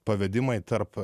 pavedimai tarp